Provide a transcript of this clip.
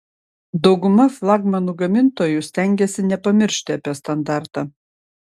dauguma flagmanų gamintojų stengiasi nepamiršti apie standartą